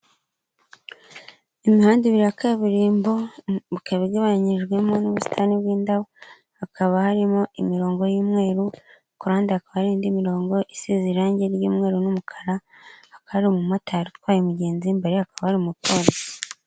Imihanda ibiri ya kaburimbo ikaba ibigabanyijwemo n'ubusitani bw'indabo, hakaba harimo imirongo y'umweru ku ruhande hakaba hari indi mirongo isize irangi ry'umweru n'umukara, hakaba hari umumotari utwaye umugenzi imbere ye hakaba hari umupolisi.